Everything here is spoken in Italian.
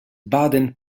baden